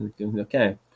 okay